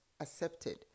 accepted